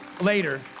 later